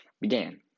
began